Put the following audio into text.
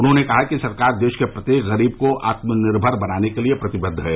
उन्होंने कहा कि सरकार देश के प्रत्येक गरीब को आत्मनिर्भर बनाने के लिए प्रतिबद्ध है